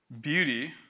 beauty